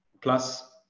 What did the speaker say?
Plus